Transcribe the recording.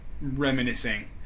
reminiscing